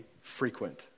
frequent